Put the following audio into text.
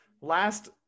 last